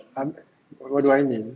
I'm what do I mean